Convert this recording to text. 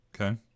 Okay